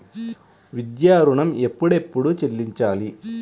విద్యా ఋణం ఎప్పుడెప్పుడు చెల్లించాలి?